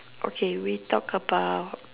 okay we talk about